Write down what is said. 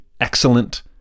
excellent